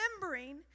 remembering